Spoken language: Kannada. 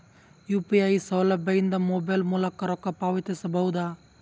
ಯು.ಪಿ.ಐ ಸೌಲಭ್ಯ ಇಂದ ಮೊಬೈಲ್ ಮೂಲಕ ರೊಕ್ಕ ಪಾವತಿಸ ಬಹುದಾ?